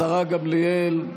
השרה גמליאל.